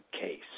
case